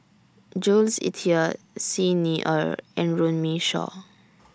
Jules Itier Xi Ni Er and Runme Shaw